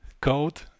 code